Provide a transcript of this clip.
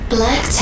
Black